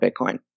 Bitcoin